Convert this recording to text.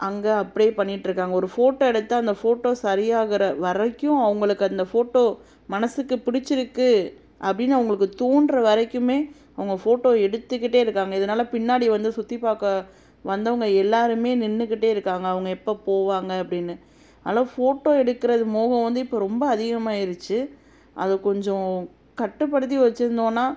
அங்கே அப்படியே பண்ணிட்டுருக்காங்க ஒரு ஃபோட்டோ எடுத்து அந்த ஃபோட்டோ சரியாகிற வரைக்கும் அவங்களுக்கு அந்த ஃபோட்டோ மனதுக்கு பிடிச்சிருக்கு அப்படின்னு அவங்களுக்கு தோன்றவரைக்குமே அவங்க ஃபோட்டோ எடுத்துக்கிட்டே இருக்காங்க இதனால் பின்னாடி வந்து சுற்றிப் பார்க்க வந்தவங்க எல்லோருமே நின்னுக்கிட்டே இருக்காங்க அவங்க எப்போ போவாங்க அப்படின்னு ஆனால் ஃபோட்டோ எடுக்கிறது மோகம் வந்து இப்போ ரொம்ப அதிகமாகிருச்சி அதை கொஞ்சம் கட்டுப்படுத்தி வைச்சிருந்தோன்னா